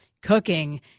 cooking